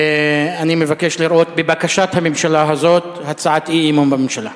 אני מבקש לראות בבקשת הממשלה הזאת הצעת אי-אמון בממשלה.